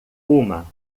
uma